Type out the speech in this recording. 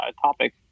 topic